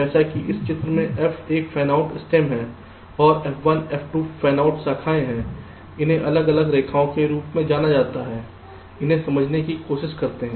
जैसे कि इस चित्र में F एक फैनआउट स्टेम है और F1 F2 फैनआउट शाखाएं हैं उन्हें अलग अलग रेखाओं के रूप में माना जाता है इसे समझाने की कोशिश करते हैं